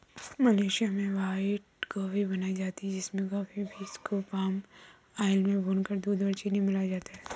Malaysia में white coffee बनाई जाती है जिसमें कॉफी बींस को पाम आयल में भूनकर दूध और चीनी मिलाया जाता है